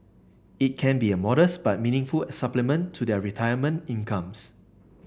it can be a modest but meaningful supplement to their retirement incomes